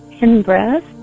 in-breath